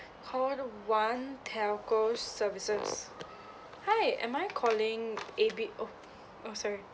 call one telco services hi am I calling A B oh oh sorry